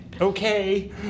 okay